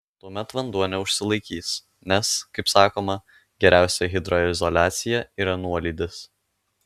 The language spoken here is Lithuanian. tuomet vanduo neužsilaikys nes kaip sakoma geriausia hidroizoliacija yra nuolydis